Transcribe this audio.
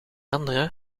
andere